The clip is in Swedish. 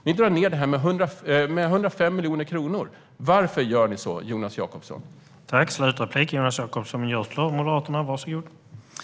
Ni drar ned med 105 miljoner kronor. Varför gör ni så, Jonas Jacobsson Gjörtler?